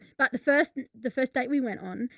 but the first, the first date we went on,